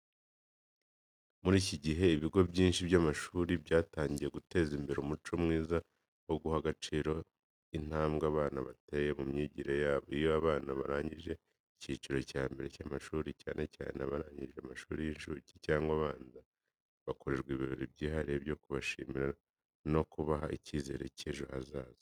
Muri iki gihe, ibigo byinshi by’amashuri byatangiye guteza imbere umuco mwiza wo guha agaciro intambwe abana bateye mu myigire yabo. Iyo abana barangije icyiciro cya mbere cy’amashuri, cyane cyane abarangije amashuri y'inshuke cyangwa abanza, bakorerwa ibirori byihariye byo kubashimira no kubaha icyizere cy’ejo hazaza.